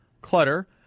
clutter